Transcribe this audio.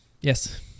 yes